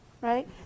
right